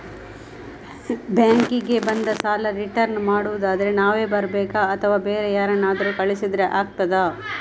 Bank ಗೆ ಬಂದು ಸಾಲ ರಿಟರ್ನ್ ಮಾಡುದಾದ್ರೆ ನಾವೇ ಬರ್ಬೇಕಾ ಅಥವಾ ಬೇರೆ ಯಾರನ್ನಾದ್ರೂ ಕಳಿಸಿದ್ರೆ ಆಗ್ತದಾ?